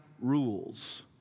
rules